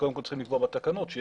בגלל שאנחנו מוחקים את התקנות של